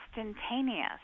instantaneous